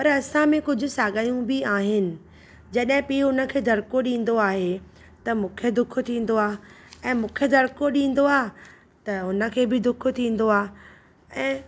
पर असां में कुझु साॻाइयूं बि आहिनि जॾहिं पीउ हुनखे दड़िको ॾींदो आहे त मूंखे दुखु थींदो आहे ऐं मूंखे दड़िको ॾींदो आहे त हुनखे बि दुखु थींदो आहे ऐं